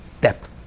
depth